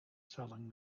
selling